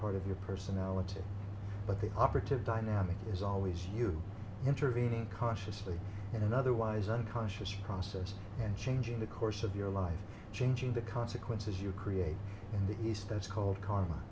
part of your personality but the operative dynamic is always you intervening cautiously and otherwise unconscious process and changing the course of your life changing the consequences you create in the east that's called karma